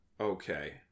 okay